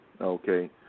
Okay